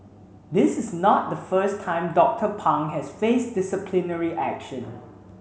this is not the first time Doctor Pang has faced disciplinary action